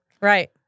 Right